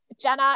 Jenna